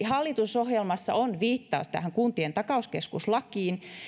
hallitusohjelmassa on viittaus tähän kuntien takauskeskus lakiin